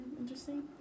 interesting